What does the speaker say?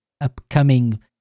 upcoming